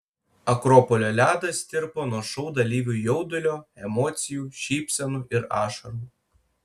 akropolio ledas tirpo nuo šou dalyvių jaudulio emocijų šypsenų ir ašarų